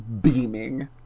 beaming